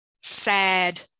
sad